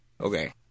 Okay